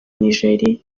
nigeria